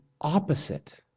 opposite